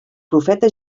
profeta